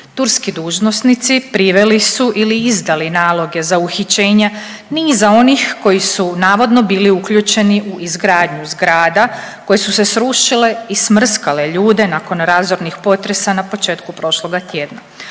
Turski dužnosnici priveli su ili izdali naloge za uhićenja niza onih koji su navodno bili uključeni u izgradnju zgrada koje su se srušile i smrskale ljude nakon razornih potresa na početku prošloga tjedna.